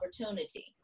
opportunity